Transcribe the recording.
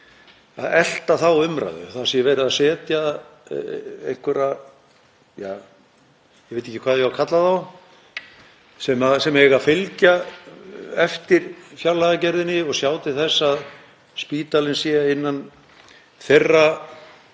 að elta þá umræðu, það sé verið að setja einhverja — ég veit ekki hvað ég á að kalla þá sem eiga að fylgja eftir fjárlagagerðinni og sjá til þess að spítalinn sé innan þessa